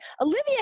Olivia